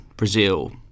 Brazil